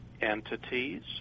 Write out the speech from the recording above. entities